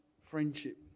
friendship